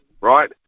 right